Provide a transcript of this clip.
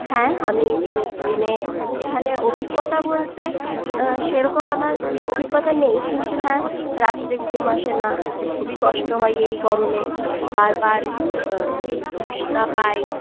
হ্যাঁ আমি দিনে দিনে এখানে অভিজ্ঞতা বলতে সেরকম আমার অভিজ্ঞতা নেই কিন্তু হ্যাঁ রাত্রে ঘুম আসে না খুবই কষ্ট হয় এই গরমে বারবার তৃষ্ণা পায়